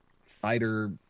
cider